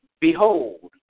Behold